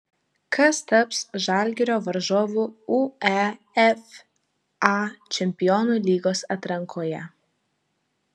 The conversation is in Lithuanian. kas taps žalgirio varžovu uefa čempionų lygos atrankoje